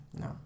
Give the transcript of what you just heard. No